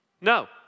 No